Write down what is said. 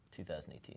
2018